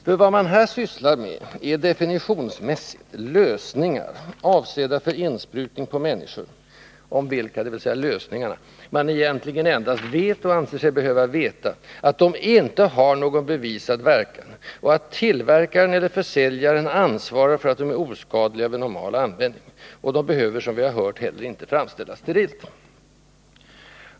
För vad man här sysslar med är — definitionsmässigt — lösningar, avsedda för insprutningar på människor, lösningar om vilka man egentligen endast vet — och anser sig behöva veta — att de inte har någon bevisad verkan och att tillverkaren eller försäljaren ansvarar för att de är oskadliga vid normal användning. De behöver, som vi har hört, heller inte framställas sterilt.